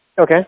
Okay